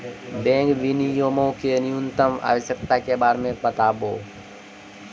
bank विनियमो के न्यूनतम आवश्यकता के बारे मे बताबो